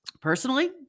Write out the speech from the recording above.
Personally